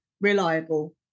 reliable